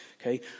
okay